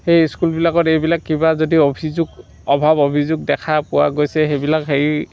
সেই স্কুলবিলাকত এইবিলাক কিবা যদি অভিযোগ অভাৱ অভিযোগ দেখা পোৱা গৈছে সেইবিলাক সেই